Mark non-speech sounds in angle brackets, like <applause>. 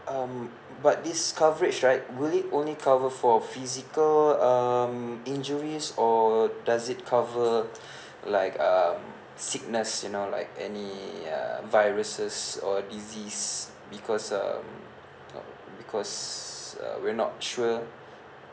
um but this coverage right would it only cover for physical um injuries or does it cover <breath> like um sickness you know like any uh viruses or disease because um because uh we're not sure